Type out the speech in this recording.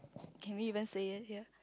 can we even say it here